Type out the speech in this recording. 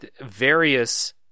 various